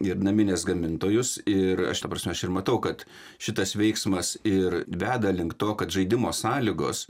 ir naminės gamintojus ir aš ta prasme aš ir matau kad šitas veiksmas ir veda link to kad žaidimo sąlygos